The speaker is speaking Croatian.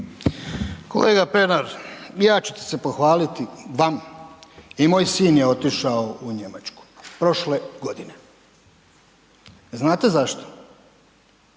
Kolega Pernar, ja ću ti se pohvaliti, vam i moj sin je otišao u Njemačku prošle godine. Znate zašto?